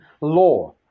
Law